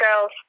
girls